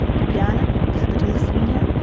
ljubljana, capital of slovenia,